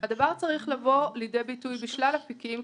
הדבר צריך לבוא לידי ביטוי בשלל התיקים,